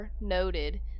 noted